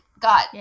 Got